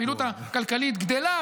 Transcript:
הפעילות הכלכלית גדלה,